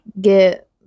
get